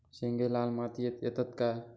शेंगे लाल मातीयेत येतत काय?